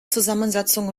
zusammensetzung